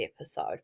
episode